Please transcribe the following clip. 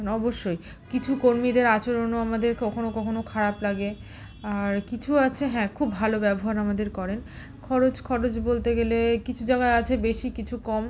অবশ্যই কিছু কর্মীদের আচরণও আমাদের কখনো কখনো খারাপ লাগে আর কিছু আছে হ্যাঁ খুব ভালো ব্যবহার আমাদের করেন খরচ খরচ বলতে গেলে কিছু জাগায় আছে বেশি কিছু কম